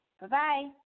Bye-bye